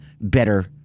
better